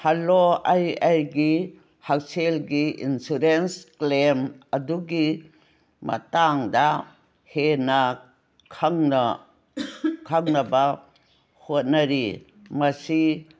hello ꯑꯩ ꯑꯩꯒꯤ ꯍꯛꯁꯦꯜꯒꯤ ꯏꯟꯁꯨꯔꯦꯟꯁ ꯀ꯭ꯂꯦꯝ ꯑꯗꯨꯒꯤ ꯃꯇꯥꯡꯗ ꯍꯦꯟꯅ ꯈꯪꯅꯕ ꯍꯣꯠꯅꯔꯤ ꯃꯁꯤ